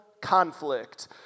conflict